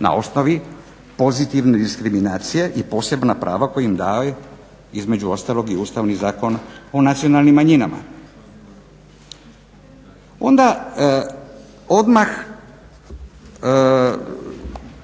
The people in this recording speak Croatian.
na osnovi pozitivne diskriminacije i posebna prava koja im daje između ostalog i Ustavni zakon o nacionalnim manjinama. Onda odmah